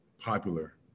popular